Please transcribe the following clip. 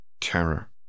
terror